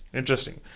interesting